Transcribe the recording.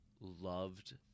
loved